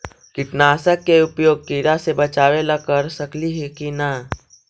कीटनाशक के उपयोग किड़ा से बचाव ल कर सकली हे की न?